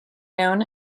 known